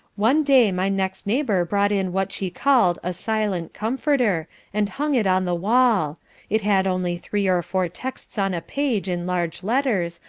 one day my next neighbour brought in what she called a silent comforter and hung it on the wall it had only three or four texts on a page in large letters,